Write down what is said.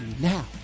now